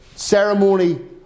Ceremony